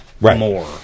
more